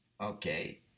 okay